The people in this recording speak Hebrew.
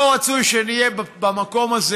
לא רצוי שנהיה במקום הזה.